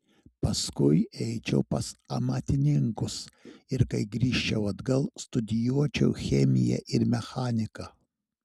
paskui eičiau pas amatininkus ir kai grįžčiau atgal studijuočiau chemiją ir mechaniką